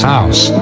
House